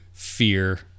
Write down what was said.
Fear